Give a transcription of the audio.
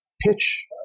pitch